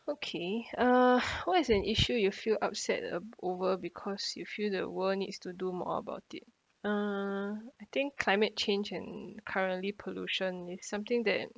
okay uh what is an issue you feel upset a~ over because you feel that world needs to do more about it uh I think climate change and currently pollution is something that